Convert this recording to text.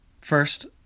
First